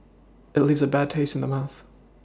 it leaves a bad taste in the mouth